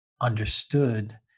understood